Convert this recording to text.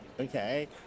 okay